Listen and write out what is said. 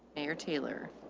mayor taylor.